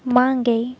मागे